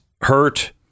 hurt